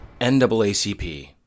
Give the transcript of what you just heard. NAACP